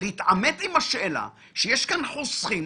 כאן חוסכים.